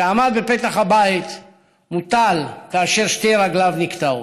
שעמד בפתח הבית, מוטל, ושתי רגליו נקטעות.